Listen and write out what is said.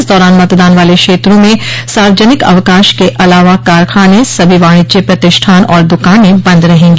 इस दौरान मतदान वाले क्षेत्रों में सार्वजनिक अवकाश के अलावा कारखाने सभी वाणिज्य प्रतिष्ठान और दकानें बन्द रहेगी